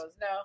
No